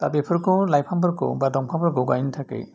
दा बेफोरखौ लाइफांफोरखौ बा दंफांफोरखौ गायनो थाखाय